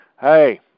Hey